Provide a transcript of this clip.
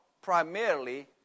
primarily